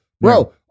bro